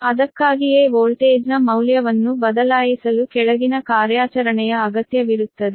ಅದಕ್ಕಾಗಿಯೇ ವೋಲ್ಟೇಜ್ನ ಮೌಲ್ಯವನ್ನು ಬದಲಾಯಿಸಲು ಕೆಳಗಿನ ಕಾರ್ಯಾಚರಣೆಯ ಅಗತ್ಯವಿರುತ್ತದೆ